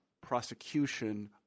prosecution